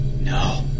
No